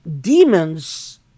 demons